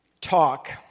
talk